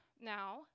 now